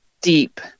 deep